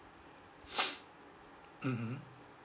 mmhmm